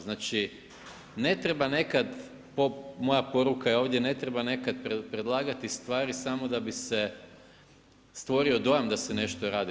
Znači, ne treba nekad, moja poruka je ovdje ne treba nekad predlagati stvari samo da bi se stvorio dojam da se nešto radi.